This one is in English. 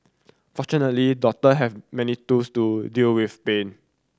fortunately doctor have many tools to deal with pain